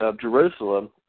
Jerusalem